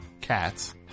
cats